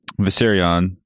Viserion